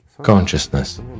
Consciousness